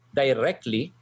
directly